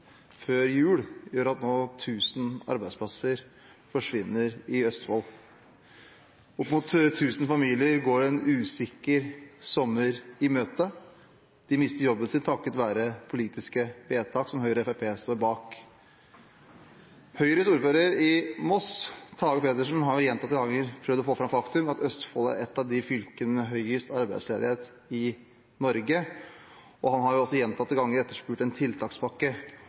før jul gjør at 1 000 arbeidsplasser nå forsvinner i Østfold. Opp mot 1 000 familier går en usikker sommer i møte. De mister jobben sin takket være politiske vedtak som Høyre og Fremskrittspartiet står bak. Høyres ordfører i Moss, Tage Pettersen, har gjentatte ganger prøvd å få fram det faktum at Østfold er et av fylkene med høyest arbeidsledighet i Norge. Han har også gjentatte ganger etterspurt en tiltakspakke